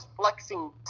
flexing